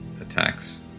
attacks